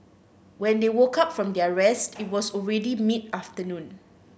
when they woke up from their rest it was already mid afternoon